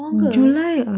august